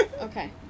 Okay